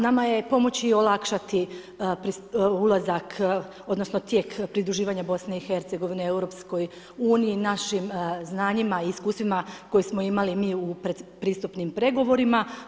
Nama je pomoći i olakšati tijek pridruživanja BiH EU našim znanjima i iskustvima koje smo imali mi u pretpristupnim pregovorima.